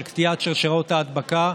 של קטיעת שרשראות ההדבקה,